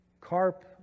carp